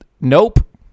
Nope